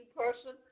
person